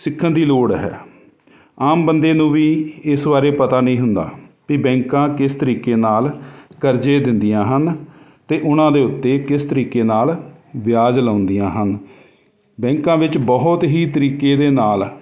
ਸਿੱਖਣ ਦੀ ਲੋੜ ਹੈ ਆਮ ਬੰਦੇ ਨੂੰ ਵੀ ਇਸ ਬਾਰੇ ਪਤਾ ਨਹੀਂ ਹੁੰਦਾ ਵੀ ਬੈਂਕਾਂ ਕਿਸ ਤਰੀਕੇ ਨਾਲ ਕਰਜ਼ੇ ਦਿੰਦੀਆਂ ਹਨ ਅਤੇ ਉਹਨਾਂ ਦੇ ਉੱਤੇ ਕਿਸ ਤਰੀਕੇ ਨਾਲ ਵਿਆਜ ਲਗਾਉਂਦੀਆਂ ਹਨ ਬੈਂਕਾਂ ਵਿੱਚ ਬਹੁਤ ਹੀ ਤਰੀਕੇ ਦੇ ਨਾਲ